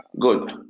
Good